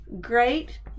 Great